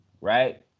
right